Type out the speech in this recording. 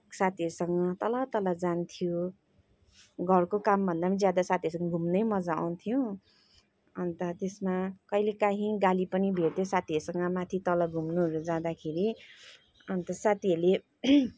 साथीहरूसँग तल तल जान्थ्यौँ घरको कामभन्दा पनि ज्यादा साथीहरूसँग घुम्नै मजा आउँथ्यो अन्त त्यसमा कहिलेकाहीँ गाली पनि भेट्थ्यौँ साथीहरूसँग माथि तल घुम्नु जाँदाखेरि अन्त साथीहरूले